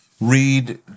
read